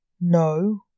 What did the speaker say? No